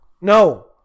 no